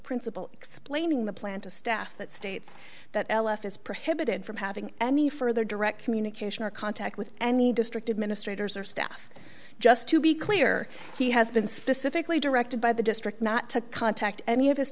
principal explaining the plan to staff that states that l f is prohibited from having any further direct communication or contact with any district administrators or staff just to be clear he has been specifically directed by the district not to contact any of his